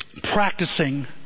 practicing